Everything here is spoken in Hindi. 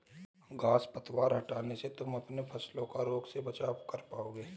घांस पतवार हटाने से तुम अपने फसलों का रोगों से बचाव कर पाओगे